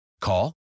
Call